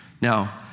Now